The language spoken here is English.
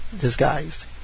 disguised